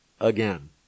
again